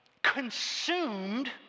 consumed